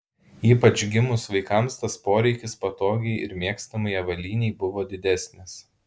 ypač gimus vaikams tas poreikis patogiai ir mėgstamai avalynei buvo didesnis